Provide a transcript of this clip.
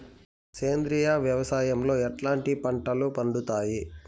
సేంద్రియ వ్యవసాయం లో ఎట్లాంటి పంటలు పండుతాయి